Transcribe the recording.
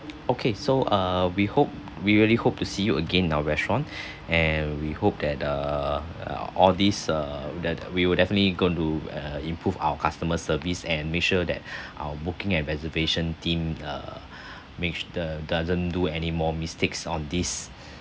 okay so err we hope we really hope to see you again in our restaurant and we hope that err uh all these err that we will definitely going to uh improve our customer service and make sure that our working and reservation team err make the doesn't do anymore mistakes on this